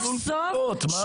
שיהיה מסלול תלונות, מה הבעיה?